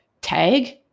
tag